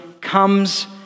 comes